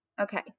Okay